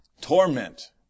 torment